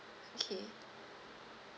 okay